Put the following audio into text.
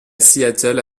seattle